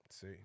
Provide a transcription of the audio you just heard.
See